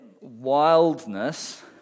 wildness